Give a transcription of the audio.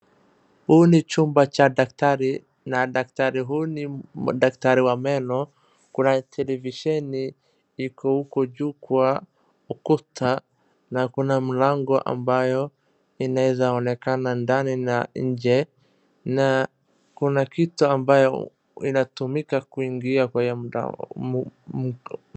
Huu ni chumba cha daktari na daktari huyu ni daktari wa meno, kuna televisheni iko huko juu kwa ukuta na kuna mlango ambayo inaweza onekana ndani na nje, na kuna kitu ambayo inatumika kuingia kwa hiyo mlango.